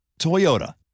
Toyota